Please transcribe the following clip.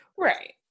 Right